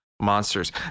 monsters